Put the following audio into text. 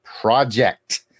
project